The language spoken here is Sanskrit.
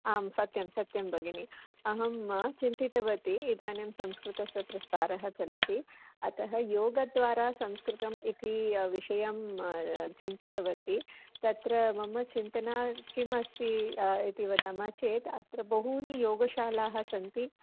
आं सत्यं सत्यं भगिनी अहं चिन्तितवती इदानीं संस्कृतस्य प्रसारः चलति अतः योगद्वारा संस्कृतम् इति विषयं चिन्तितवती तत्र मम चिन्तना किमस्ति इति वदामः चेत् अत्र बहूनि योगशालाः सन्ति